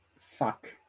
fuck